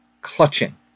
clutching